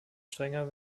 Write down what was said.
strenger